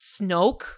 Snoke